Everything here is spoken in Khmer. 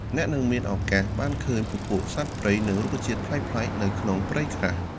អ្នកនឹងមានឱកាសបានឃើញពពួកសត្វព្រៃ និងរុក្ខជាតិប្លែកៗនៅក្នុងព្រៃក្រាស់។